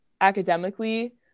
academically